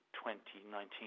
2019